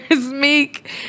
meek